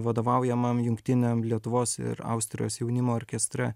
vadovaujamam jungtiniam lietuvos ir austrijos jaunimo orkestre